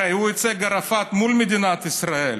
הרי הוא ייצג את ערפאת מול מדינת ישראל.